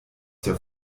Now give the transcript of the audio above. der